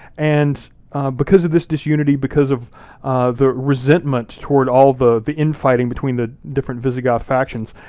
and because of this disunity, because of the resentment toward all the the infighting between the different visigoth factions,